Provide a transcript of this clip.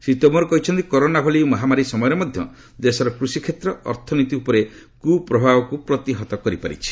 ଶ୍ରୀ ତୋମର କହିଛନ୍ତି କରୋନା ଭଳି ମହାମାରୀ ସମୟରେ ମଧ୍ୟ ଦେଶର କୃଷିକ୍ଷେତ୍ର ଅର୍ଥନୀତି ଉପରେ କୁପ୍ରଭାବକୁ ପ୍ରତିହତ କରିପାରିଛି